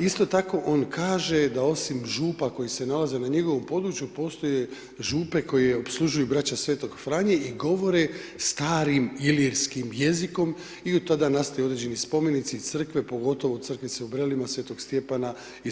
Isto tako on kaže da osim Župa koje se nalaze na njegovom području, postoje Župe koje opslužuju Braća Svetog Franje i govore starim ilirskih jezikom i u tada nastaju određeni spomenici i Crkve, pogotovo crkvice u Brelima Svetog Stjepana i